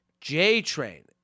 J-Train